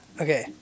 okay